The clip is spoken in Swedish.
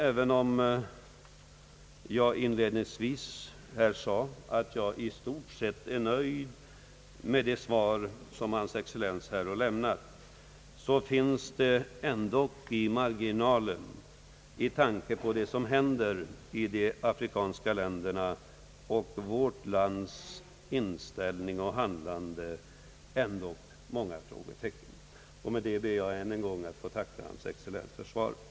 Även om jag inledningsvis sade att jag i stort sett är nöjd med det svar som hans excellens nu har lämnat, finns det många frågetecken i marginalen med tanke på vad som händer i de afrikanska länderna och vårt lands inställning och handlande. Med detta ber jag än en gång att få tacka hans excellens för svaret.